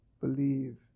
believe